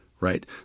right